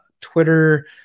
Twitter